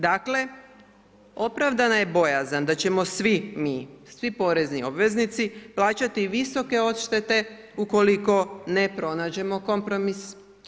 Dakle, opravdana je bojazan da ćemo svi mi, svi porezni obveznici plaćati visoke odštete ukoliko ne pronađemo kompromis.